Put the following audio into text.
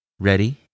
Ready